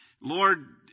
Lord